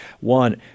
One